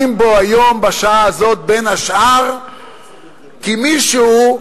בו היום בשעה הזאת בין השאר כי מישהו,